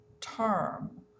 term